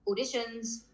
auditions